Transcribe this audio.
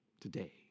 today